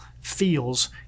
feels